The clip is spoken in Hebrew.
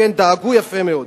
דאגו יפה מאוד,